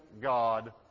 God